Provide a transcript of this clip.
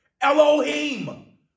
Elohim